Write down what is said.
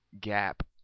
gap